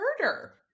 murder